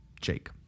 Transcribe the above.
Jake